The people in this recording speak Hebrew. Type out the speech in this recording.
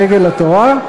דגל התורה,